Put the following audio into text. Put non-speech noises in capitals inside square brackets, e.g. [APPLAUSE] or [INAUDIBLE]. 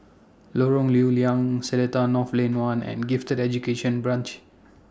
Lorong Lew Lian Seletar North Lane one [NOISE] and Gifted Education Branch